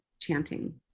chanting